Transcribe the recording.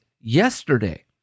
yesterday